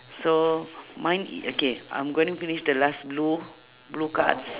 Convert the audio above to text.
so mine i~ okay I'm gonna finish the last blue blue cards